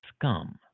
scum